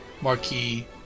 marquee